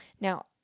now